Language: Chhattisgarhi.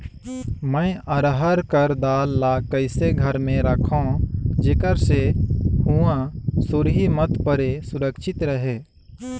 मैं अरहर कर दाल ला कइसे घर मे रखों जेकर से हुंआ सुरही मत परे सुरक्षित रहे?